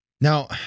Now